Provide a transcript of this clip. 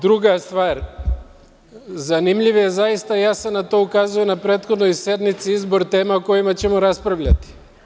Druga stvar, zanimljiv je, zaista, ja sam na to ukazao na prethodnoj sednici, izbor tema o kojima ćemo raspravljati.